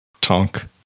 Tonk